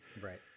Right